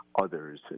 others